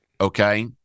Okay